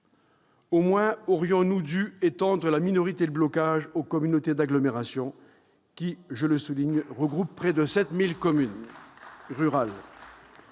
Au moins aurions-nous dû étendre la minorité de blocage aux communautés d'agglomération, qui, je le souligne, regroupent près de 7 000 communes rurales.